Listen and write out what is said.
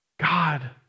God